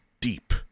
deep